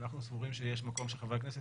אנחנו סבורים שיש מקום שחברי הכנסת